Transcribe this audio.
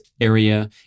area